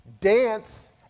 dance